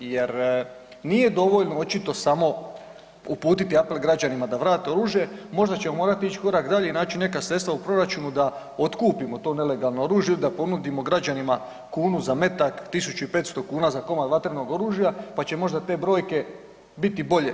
Jer nije dovoljno očito samo uputiti apel građanima da vrate oružje, možda ćemo morati ići korak dalje i naći neka sredstva u proračunu da otkupimo to nelegalno oružje, da ponudimo građanima kunu za metak, 1500 kuna za komad vatrenog oružja, pa će možda te brojke biti bolje.